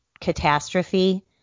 catastrophe